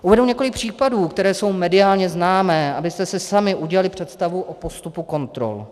Uvedu několik případů, které jsou mediálně známé, abyste si sami udělali představu o postupu kontrol.